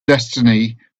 destiny